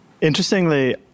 Interestingly